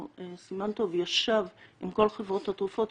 בר סימן טוב ישב עם כל חברות התרופות,